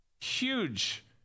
huge